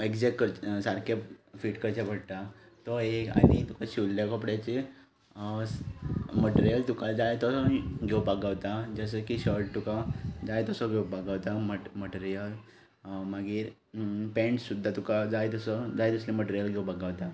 exact सारके feet करचे पडटा तो एक आनी तुका शिंवल्ले कपड्याची मटेरियल तुका जाय तो घेवपाक गावता जसो की शर्ट तुका जाय तसो घेवपाक गावता मटे मटेरियल मागीर पँट सुद्दां तुका जाय तसो जाय तसल्या मटेरियल घेवपाक गावता